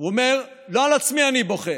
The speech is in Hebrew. הוא אומר: לא על עצמי אני בוכה,